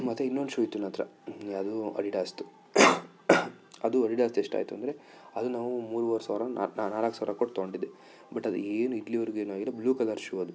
ಮತ್ತು ಇನ್ನೊಂದು ಶೂ ಇತ್ತು ನನ್ನ ಹತ್ರ ಯಾವುದು ಅಡಿಡಾಸ್ದು ಅದು ಅಡಿಡಾಸ್ದು ಎಷ್ಟಾಯಿತು ಅಂದರೆ ಅದು ನಾವು ಮೂರೂವರೆ ಸಾವಿರ ನಾಲ್ಕು ಸಾವಿರ ಕೊಟ್ಟು ತಗೊಂಡಿದ್ದೆ ಬಟ್ ಅದು ಏನು ಇಲ್ಲಿವರೆಗೂ ಏನು ಆಗಿಲ್ಲ ಬ್ಲೂ ಕಲರ್ ಶೂ ಅದು